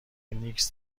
نیکز